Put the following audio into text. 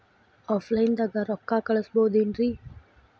Offline ದಾಗ ರೊಕ್ಕ ಕಳಸಬಹುದೇನ್ರಿ?